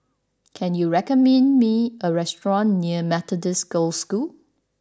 can you recommend me a restaurant near Methodist Girls' School